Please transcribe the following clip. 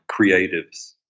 creatives